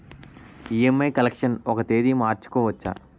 EMI collection ఒక తేదీ మార్చుకోవచ్చా?